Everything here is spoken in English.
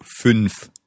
fünf